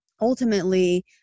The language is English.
ultimately